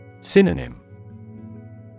Synonym